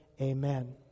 Amen